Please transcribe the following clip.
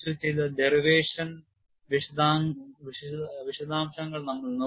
ചില derivation വിശദാംശങ്ങൾ നമ്മൾ നോക്കി